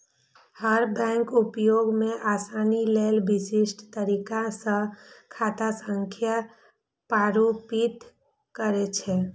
हर bank उपयोग मे आसानी लेल विशिष्ट तरीका सं खाता संख्या प्रारूपित करै छै